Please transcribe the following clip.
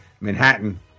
Manhattan